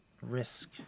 risk